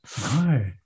No